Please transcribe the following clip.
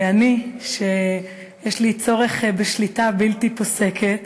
ואני, שיש לי צורך בשליטה בלתי פוסקת,